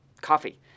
coffee